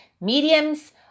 Mediums